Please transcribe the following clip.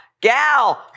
gal